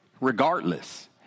regardless